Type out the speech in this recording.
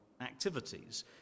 activities